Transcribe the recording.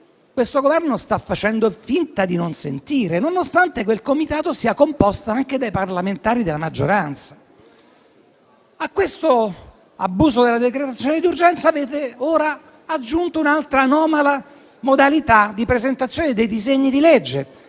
questo Governo sta facendo finta di non sentire, nonostante quel Comitato sia composto anche da parlamentari della maggioranza. A questo abuso della decretazione d'urgenza avete ora aggiunto un'altra anomala modalità di presentazione dei disegni di legge: